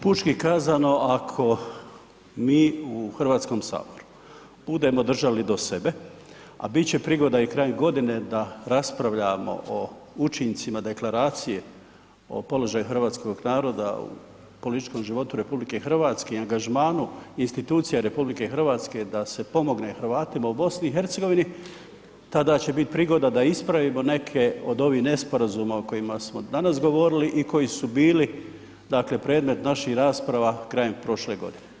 Pučki kazano ako mi u Hrvatskom saboru budemo držali do sebe a biti će prigoda i krajem godine da raspravljamo o učincima deklaracije o položaju hrvatskog naroda u političkom životu RH i angažmanu institucija RH da se pomogne Hrvatima u BiH tada će biti prigoda da ispravimo neke od ovih nesporazuma o kojima smo danas govorili i koji su bili dakle predmet naših rasprava krajem prošle godine.